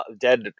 dead